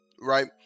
right